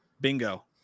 bingo